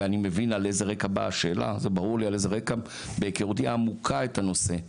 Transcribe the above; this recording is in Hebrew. ואני מבין וברור לי על איזו רקע באה השאלה בהיכרותי העמוקה את הנושא.